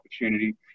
opportunity